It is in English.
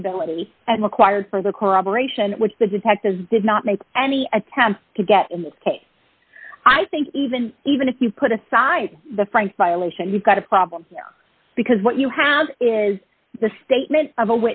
credibility and required for the corroboration which the detectives did not make any attempt to get in this case i think even even if you put aside the frank violation you've got a problem because what you have is the statement